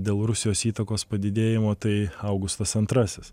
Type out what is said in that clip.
dėl rusijos įtakos padidėjimo tai augustas antrasis